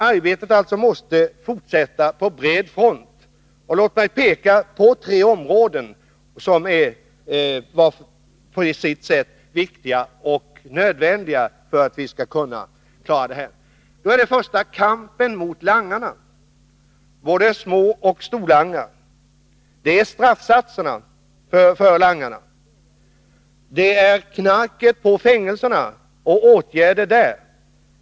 Arbetet måste som sagt fortsätta på bred front, och låt mig peka på tre områden som vart och ett på sitt sätt är viktigt och nödvändigt. Det första området gäller kampen mot langarna — både småoch storlangare. Det gäller straffsatserna för langarna, knarket på fängelserna och åtgärder där.